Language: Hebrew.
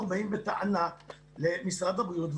אנו באים בטענה למשרד הבריאות,